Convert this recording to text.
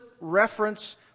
reference